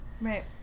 Right